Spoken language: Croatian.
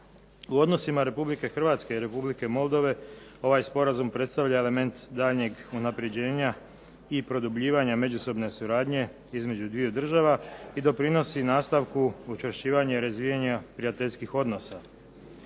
U Odnosima Republike Hrvatske i Republike Moldove, ovaj sporazum predstavlja element daljnjeg unapređenja i produbljivanja međusobne suradnje ovih dviju država i doprinosi nastavku učvršćivanja i razvijanja prijateljskih odnosa.